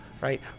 Right